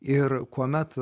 ir kuomet